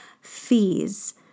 fees